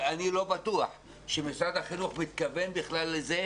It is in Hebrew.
ואני לא בטוח שמשרד החינוך מתכוון בכלל לזה.